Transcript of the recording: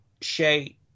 Shay